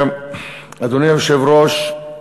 אדוני היושב-ראש,